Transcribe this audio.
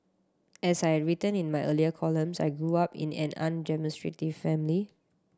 as I written in my earlier columns I grew up in an undemonstrative family